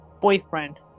boyfriend